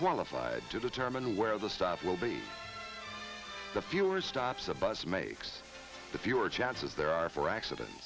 qualified to determine where the stop will be the fewer stops the bus makes the fewer chances there are for accident